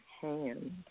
hands